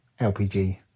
lpg